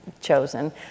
chosen